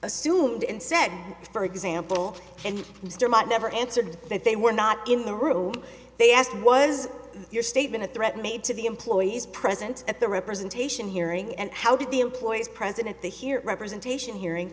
assumed and said for example and mr might never answered that they were not in the room they asked was your statement a threat made to the employees present at the representation hearing and how did the employees president the hear representation hearing